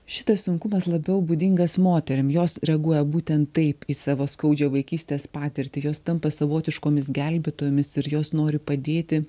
šitas sunkumas labiau būdingas moterim jos reaguoja būtent taip į savo skaudžią vaikystės patirtį jos tampa savotiškomis gelbėtojomis ir jos nori padėti